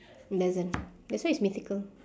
doesn't that's why it's mythical